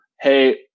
hey